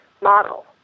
model